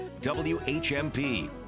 WHMP